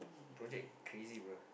project crazy bruh